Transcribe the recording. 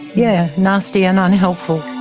yeah, nasty and unhelpful.